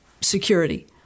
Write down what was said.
security